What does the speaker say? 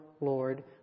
Lord